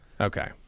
Okay